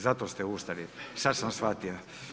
Zato ste ustali, sad sam shvatio.